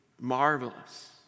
marvelous